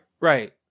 right